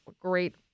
great